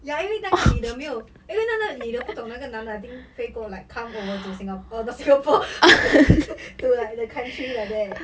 ya 因为那个女的没有因为那那女的不懂那个男的 I think 飞过 like come to singa~ !aiyo! not singapore to like the country like that he miss tan